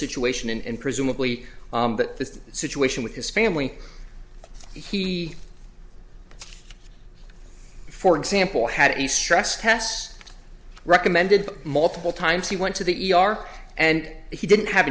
situation and presumably that this situation with his family he for example had a stress test recommended multiple times he went to the e r and he didn't have